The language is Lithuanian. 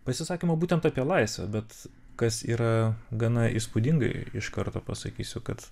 pasisakymo būtent apie laisvę bet kas yra gana įspūdingai iš karto pasakysiu kad